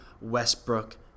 Westbrook